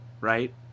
right